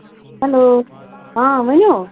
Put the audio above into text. hello آ ؤنِو